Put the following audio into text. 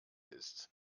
ist